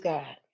God